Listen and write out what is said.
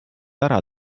ära